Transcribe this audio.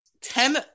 ten